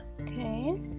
okay